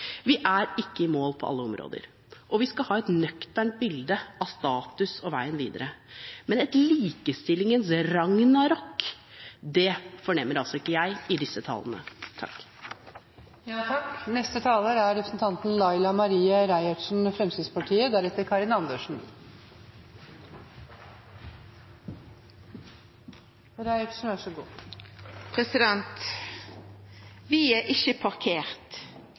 Vi er ikke i mål på alle områder, og vi skal ha et nøkternt bilde av status og veien videre – men et likestillingens ragnarok fornemmer ikke jeg i disse tallene. Vi har ikkje parkert, vi går framover. Det er synd at Stortinget har ein sånn debatt. Ein viser til at dette er